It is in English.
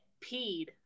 peed